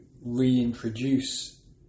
reintroduce